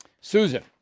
Susan